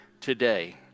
today